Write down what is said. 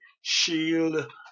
shield